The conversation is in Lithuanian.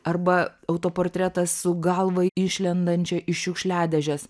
arba autoportretas su galva išlendančia iš šiukšliadėžės